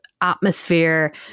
atmosphere